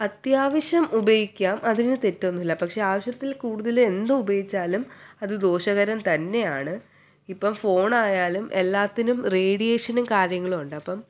അത്യാവശ്യം ഉപയോഗിക്കാം അതിന് തെറ്റൊന്നും ഇല്ല പക്ഷേ ആവശ്യത്തിൽ കൂടുതൽ എന്ത് ഉപയോഗിച്ചാലും അത് ദോഷകരം തന്നെയാണ് ഇപ്പോൾ ഫോൺ ആയാലും എല്ലാത്തിനും റേഡിയേഷനും കാര്യങ്ങളും ഉണ്ട് അപ്പം